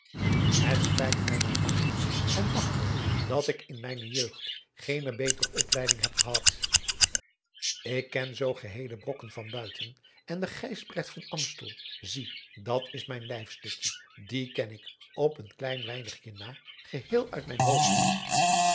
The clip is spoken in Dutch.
het spijt mij maar magtig en magtig dat ik in mijne jeugd geene betere opleiding heb gehad ik ken zoo geheele brokken van buiten en de gysbrecht van aemstel zie dat is mijn lijfstukje dien ken ik op een klein weinigje na geheel uit mijn hoofd